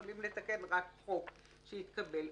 יכולים לתקן רק חוק שהתקבל.